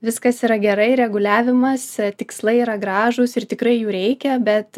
viskas yra gerai reguliavimas tikslai yra gražūs ir tikrai jų reikia bet